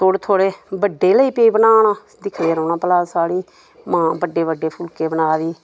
थोह्ड़े थोह्डे़ बड्डे लेई पे बनाना दिक्खदे रौह्ना भला साढ़ी मां बड्डे बड्डे फुलके बना दी